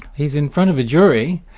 he's in front of a jury,